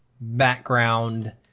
background